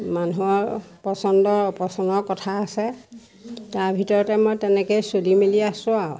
মানুহৰ পচন্দ অপচন্দৰ কথা আছে তাৰ ভিতৰতে মই তেনেকেই চলি মেলি আছোঁ আৰু